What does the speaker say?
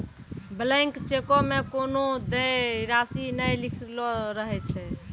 blank चेको मे कोनो देय राशि नै लिखलो रहै छै